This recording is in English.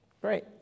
Great